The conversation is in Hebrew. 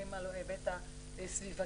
מסתכלים על ההיבט הסביבתי,